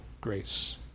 grace